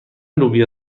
لوبیا